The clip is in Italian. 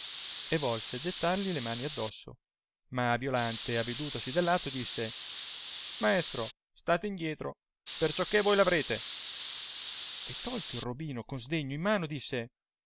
e volse gettarli la mano adosso ma violante avedutasi dell'atto disse maestro state indietro perciò che voi l'avrete e tolto il robino con sdegno in mano disse